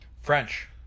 French